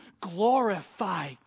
glorify